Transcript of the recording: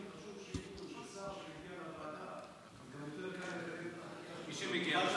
חשוב שידעו שכששר מגיע לוועדה יותר קל לתאם חקיקה.